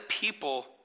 people